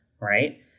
right